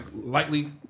lightly